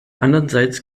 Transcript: andererseits